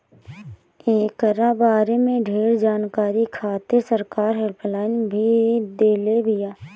एकरा बारे में ढेर जानकारी खातिर सरकार हेल्पलाइन भी देले बिया